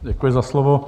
Děkuji za slovo.